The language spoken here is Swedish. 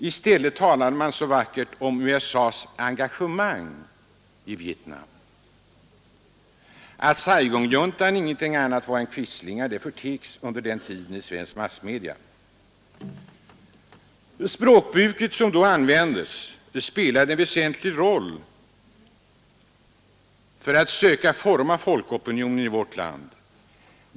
I stället talade man så vackert om USA:s ”engagemang” i Vietnam. Att Saigonjuntan inget annat var än quislingar förtegs under den tiden i svenska massmedia. Språkbruket som då användes spelade en väsentlig roll för att söka forma folkopinionen i vårt land.